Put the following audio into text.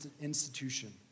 institution